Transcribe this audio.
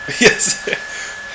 Yes